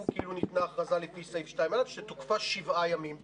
יראו כאילו ניתנה הכרזה לפי סעיף 2(א) שתוקפה שבעה ימים בלבד.